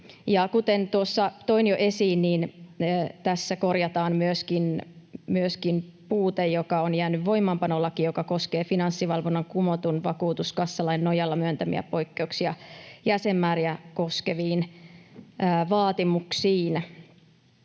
kuten tuossa toin jo esiin, tässä korjataan myöskin puute, joka on jäänyt voimaanpanolakiin, joka koskee Finanssivalvonnan kumotun vakuutuskassalain nojalla myöntämiä poikkeuksia jäsenmääriä koskeviin vaatimuksiin.